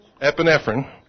epinephrine